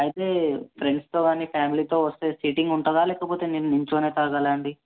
అయితే ఫ్రెండ్స్తో గానీ ఫ్యామిలీతో వస్తే సీటింగ్ ఉంటుందా లేకపోతే నేను నించోనే తాగాలా అండి